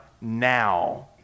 now